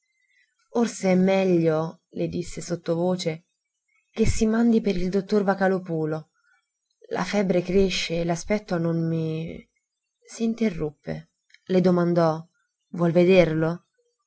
forse è meglio le disse sottovoce che si mandi per il dottor vocalòpulo la febbre cresce e l'aspetto non nere interruppe le domandò vuol vederlo